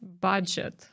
budget